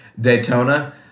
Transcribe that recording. Daytona